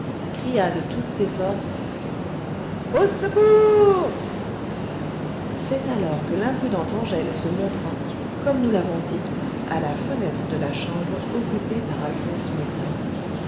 cria de toutes ses forces au secours c'est alors que l'imprudente angèle se montra comme nous l'avons dit à la fenêtre de la chambre occupée par alphonse maigret